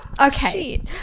okay